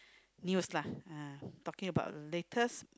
news lah uh talking about latest